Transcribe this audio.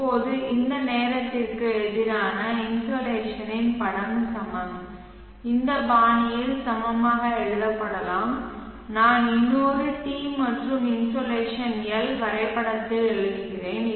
இப்போது இந்த நேரத்திற்கு எதிரான இன்சோலேஷனின் படம் சமம் இந்த பாணியில் சமமாக எழுதப்படலாம் நான் இன்னொரு t மற்றும் இன்சோலேஷன் L வரைபடத்தில் எழுதுகிறேன்